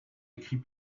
écrit